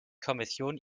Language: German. kommission